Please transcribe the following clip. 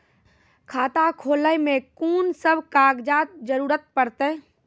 खाता खोलै मे कून सब कागजात जरूरत परतै?